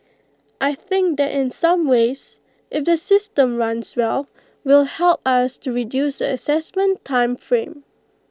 I think that in some ways if the system runs well will help us to reduce the Assessment time frame